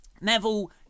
Neville